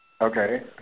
Okay